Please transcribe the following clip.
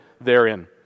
therein